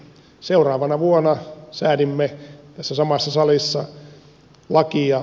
seuraavana vuonna säädimme tässä samassa salissa lakia